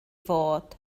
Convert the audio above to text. fod